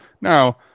Now